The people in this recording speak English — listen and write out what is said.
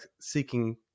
seeking